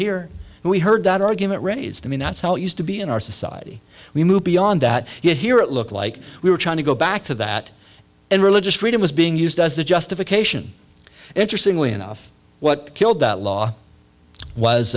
here and we heard that argument raised i mean that's how it used to be in our society we move beyond that yet here it looked like we were trying to go back to that and religious freedom was being used as the justification interestingly enough what killed that law